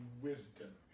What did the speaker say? wisdom